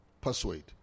persuade